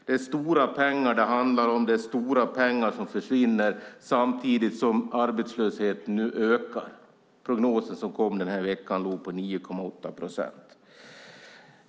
Det är stora pengar det handlar om, stora pengar som försvinner, samtidigt som arbetslösheten nu ökar - prognosen som kom den här veckan låg på 9,8 procent.